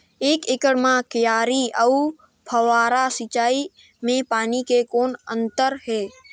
एक एकड़ म क्यारी अउ फव्वारा सिंचाई मे पानी के कौन अंतर हे?